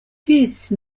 peace